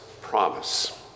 promise